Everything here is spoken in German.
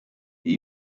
die